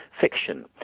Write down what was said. fiction